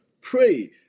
pray